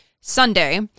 Sunday